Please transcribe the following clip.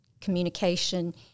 communication